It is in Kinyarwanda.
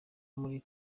muri